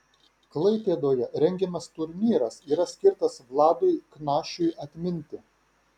klaipėdoje rengiamas turnyras yra skirtas vladui knašiui atminti